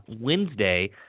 Wednesday